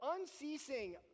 unceasing